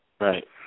Right